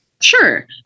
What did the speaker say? Sure